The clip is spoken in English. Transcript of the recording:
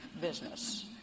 business